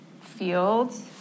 fields